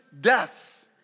deaths